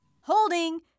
holding